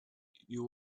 you